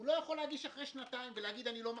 הוא לא יכול להגיש אחרי שנתיים ולהגיד אני לא מחזיק,